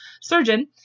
Surgeon